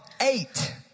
eight